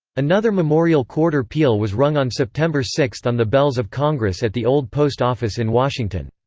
another memorial quarter peal was rung on september six on the bells of congress at the old post office in washington.